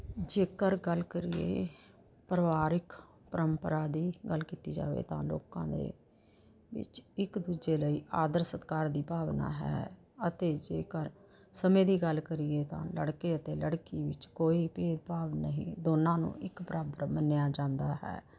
ਜੇਕਰ ਗੱਲ ਕਰੀਏ ਪਰਿਵਾਰਿਕ ਪਰੰਪਰਾ ਦੀ ਗੱਲ ਕੀਤੀ ਜਾਵੇ ਤਾਂ ਲੋਕਾਂ ਦੇ ਵਿੱਚ ਇੱਕ ਦੂਜੇ ਲਈ ਆਦਰ ਸਤਿਕਾਰ ਦੀ ਭਾਵਨਾ ਹੈ ਅਤੇ ਜੇਕਰ ਸਮੇਂ ਦੀ ਗੱਲ ਕਰੀਏ ਤਾਂ ਲੜਕੇ ਅਤੇ ਲੜਕੀ ਵਿੱਚ ਕੋਈ ਭੇਦ ਭਾਵ ਨਹੀਂ ਦੋਨਾਂ ਨੂੰ ਇੱਕ ਬਰਾਬਰ ਮੰਨਿਆ ਜਾਂਦਾ ਹੈ